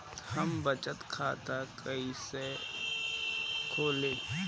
हम बचत खाता कईसे खोली?